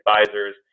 advisors